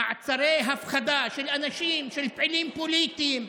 מעצרי הפחדה של אנשים, של פעילים פוליטיים,